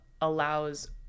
allows